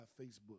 Facebook